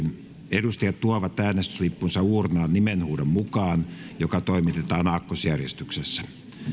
edustajat tuovat äänestyslippunsa uurnaan nimenhuudon mukaan joka toimitetaan aakkosjärjestyksessä